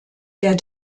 der